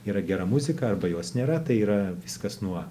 yra gera muzika arba jos nėra tai yra viskas nuo